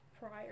prior